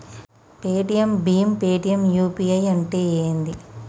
Paytm భీమ్ Paytm UPI అంటే ఏంది?